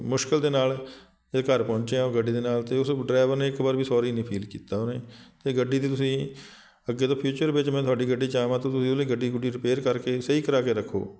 ਮੁਸ਼ਕਿਲ ਦੇ ਨਾਲ ਇ ਘਰ ਪਹੁੰਚਿਆ ਉਹ ਗੱਡੀ ਦੇ ਨਾਲ ਅਤੇ ਉਸ ਡਰਾਈਵਰ ਨੇ ਇੱਕ ਵਾਰ ਵੀ ਸੋਰੀ ਨਹੀਂ ਫੀਲ ਕੀਤਾ ਉਹਨੇ ਅਤੇ ਗੱਡੀ ਦੀ ਤੁਸੀਂ ਅੱਗੇ ਤੋਂ ਫਿਊਚਰ ਵਿੱਚ ਮੈਂ ਤੁਹਾਡੀ ਗੱਡੀ 'ਚ ਆਵਾ ਤਾਂ ਤੁਸੀਂ ਉਹਦੀ ਗੱਡੀ ਗੁੱਡੀ ਰਿਪੇਅਰ ਕਰਕੇ ਸਹੀ ਕਰਾ ਕੇ ਰੱਖੋ